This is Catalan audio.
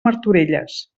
martorelles